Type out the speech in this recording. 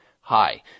hi